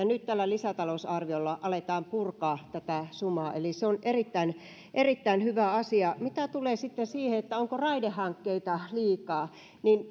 nyt tällä lisätalousarviolla aletaan purkaa tätä sumaa eli se on erittäin erittäin hyvä asia mitä tulee sitten siihen onko raidehankkeita liikaa niin